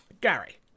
Gary